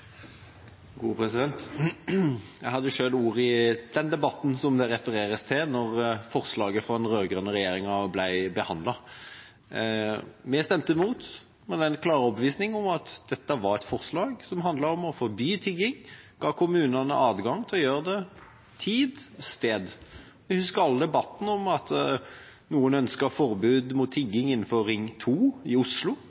refereres til da forslaget fra den rød-grønne regjeringa ble behandlet. Vi stemte imot, med den klare overbevisning at dette var et forslag som handlet om å forby tigging. Det gav kommunene adgang til å avgjøre det og fastsette tid og sted. Vi husker alle debatten om at noen ønsket forbud mot tigging innenfor Ring 2 i Oslo,